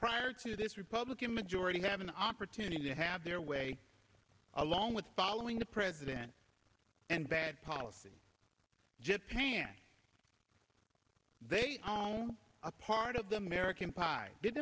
prior to this republican majority have an opportunity to have their way along with following the president and bad policy japan they own a part of the american pie did